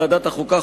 מטעם ועדת החוקה,